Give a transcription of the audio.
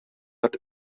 dat